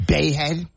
Bayhead